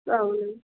అవున్